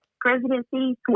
presidency